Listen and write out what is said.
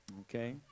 Okay